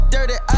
Dirty